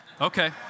Okay